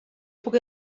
puc